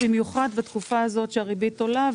במיוחד בתקופה הזאת שהריבית עולה,